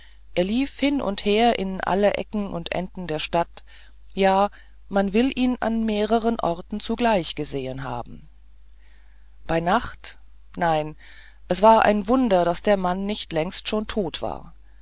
er lief hin und her in alle ecken und enden der stadt ja man will ihn an mehreren orten zugleich gesehen haben bei nacht nein es war ein wunder daß der mann nicht schon längst tot war